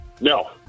No